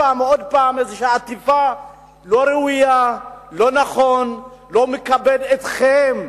בעטיפה לא ראויה, לא נכונה, שלא מכבדת אתכם,